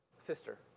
Sister